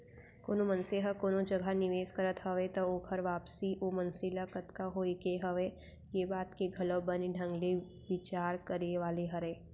कोनो मनसे ह कोनो जगह निवेस करत हवय त ओकर वापसी ओ मनसे ल कतका होय के हवय ये बात के घलौ बने ढंग ले बिचार करे वाले हरय